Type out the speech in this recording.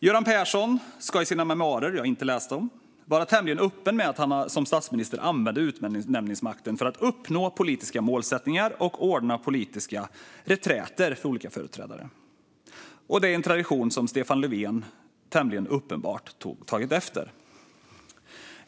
Göran Persson ska i sina memoarer - som jag inte har läst - vara tämligen öppen med att han som statsminister använde utnämningsmakten för att uppnå politiska målsättningar och ordna politiska reträtter för olika företrädare. Det är en tradition som Stefan Löfven tämligen uppenbart har tagit efter.